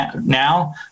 now